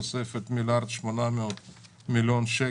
תוספת של 1.8 מיליארד שקל,